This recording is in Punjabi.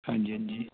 ਹਾਂਜੀ ਹਾਂਜੀ